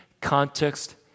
context